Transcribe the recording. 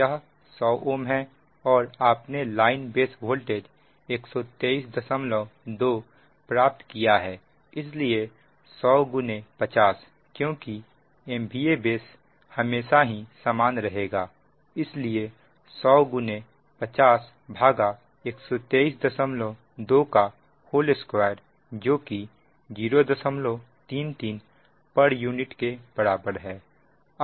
यह 100 Ω है और आपने लाइन बेस वोल्टेज 1232 प्राप्त किया है इसलिए 100 50 क्योंकि MVA बेस हमेशा ही सामान रहेगा इसलिए 100 5012322जो कि 033 pu के बराबर है